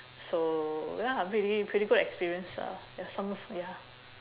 so ya pretty pretty good experience uh ya some ya